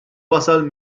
wasal